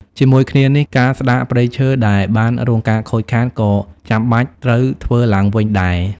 ជាមួយគ្នានេះ ការស្ដារព្រៃឈើដែលបានរងការខូចខាត ក៏ចាំបាច់ត្រូវធ្វើឡើងវិញដែរ។